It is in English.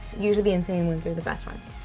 usually, insane ones are the best ones.